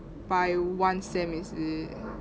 by one sem is it